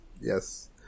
yes